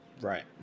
Right